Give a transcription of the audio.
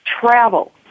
travel